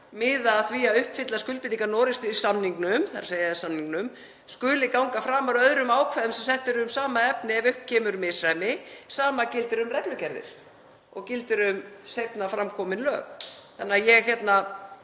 að því að uppfylla skuldbindingar Noregs í samningnum, þ.e. EES-samningnum, skuli ganga framar öðrum ákvæðum sem sett er um sama efni ef upp kemur misræmi. Sama gildir um reglugerðir og seinna fram komin lög. Þannig að ég spyr: